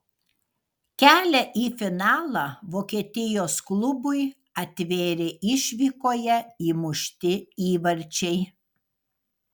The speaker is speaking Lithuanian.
kelią į finalą vokietijos klubui atvėrė išvykoje įmušti įvarčiai